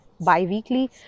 Bi-weekly